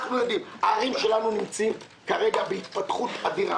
אנחנו יודעים הערים שלנו נמצאות כרגע בהתפתחות אדירה.